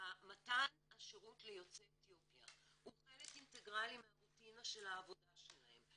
שמתן השירות ליוצאי אתיופיה הוא חלק אינטגרלי מהרוטינה של העבודה שלהם,